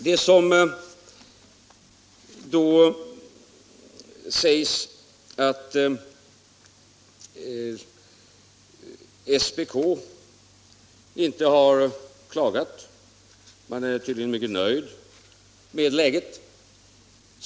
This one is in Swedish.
Herr Bohman säger nu att SPK inte har klagat — man är där tydligen mycket nöjd med läget.